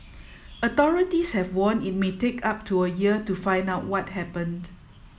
authorities have warned it may take up to a year to find out what happened